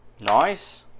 Nice